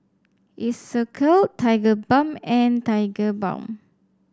Isocal Tigerbalm and Tigerbalm